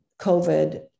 COVID